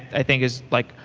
i think it's like,